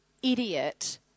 idiot